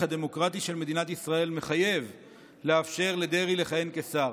הדמוקרטי של מדינת ישראל מחייב לאפשר לדרעי לכהן כשר".